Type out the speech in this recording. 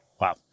Wow